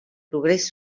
progrés